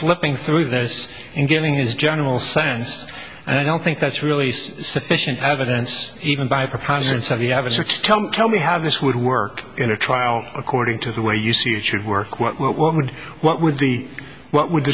flipping through this and giving his general sense and i don't think that's really sufficient evidence even by preponderance of you have a six term tell me how this would work in a trial according to the way you see it should work what would what would the what would